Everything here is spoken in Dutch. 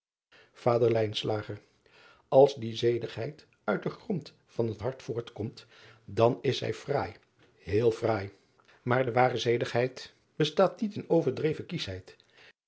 ader ls die zedigheid uit den grond van het hart voortkomt dan is zij fraai heel fraai maar de ware zedigheid bestaat niet in overdreven